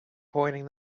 pointing